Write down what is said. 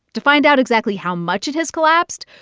to find out exactly how much it has collapsed,